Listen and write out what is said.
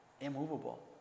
immovable